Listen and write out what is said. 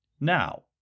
Now